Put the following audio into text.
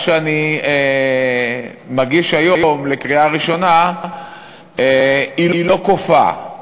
שאני מגיש היום לקריאה ראשונה היא לא כופה.